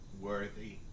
worthy